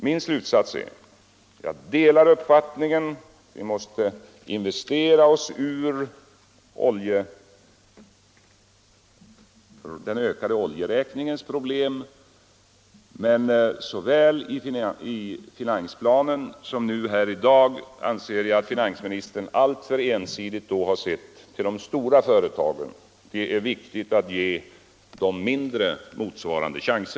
Min slutsats är att jag delar uppfattningen att vi måste investera oss ur den stigande oljeräkningens problem. Både i finansplanen och i sitt anförande här i dag anser jag dock att finansministern alltför ensidigt har sett till de stora företagen. Det är viktigt att ge de mindre motsvarande